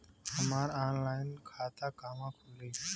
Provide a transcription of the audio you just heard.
हमार ऑनलाइन खाता कहवा खुली?